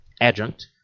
adjunct